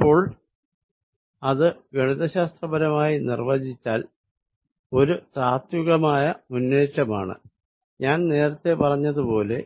അപ്പോൾ ഇത് ഗണിത ശാസ്ത്രപരമായി നിർവചിച്ചാൽ ഇത് ഒരു താത്വികമായ മുന്നേറ്റമാണ് ഞാൻ നേരത്തെ പറഞ്ഞതുപോലെ